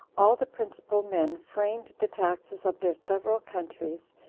all the principal men framed the taxes of their several countries,